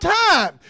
time